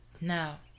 Now